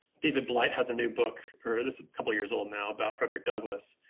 david blight has a new book, or this a couple years old now, about frederick douglass,